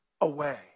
away